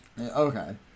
Okay